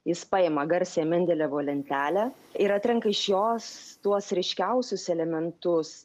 jis paima garsiąją mendelejevo lentelę ir atrenka iš jos tuos ryškiausius elementus